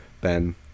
Ben